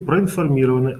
проинформированы